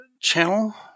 Channel –